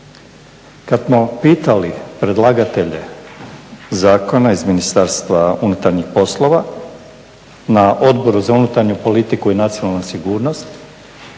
Kad smo pitali predlagatelje zakona iz Ministarstva unutarnjih poslova na Odboru za unutarnju politiku i nacionalnu sigurnost